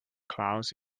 clouds